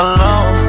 Alone